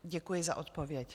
Děkuji za odpověď.